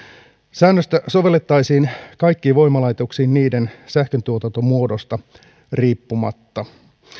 säännöstä sovellettaisiin kaikkiin voimalaitoksiin niiden sähköntuotantomuodosta riippumatta